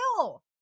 ill